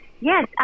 Yes